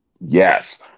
yes